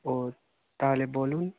ও তাহলে বলুন